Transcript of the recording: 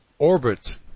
Orbit